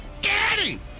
daddy